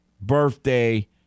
birthday